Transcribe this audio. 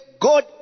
God